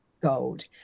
gold